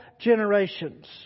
generations